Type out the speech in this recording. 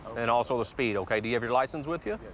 and also the speed, ok? do you have your license with you?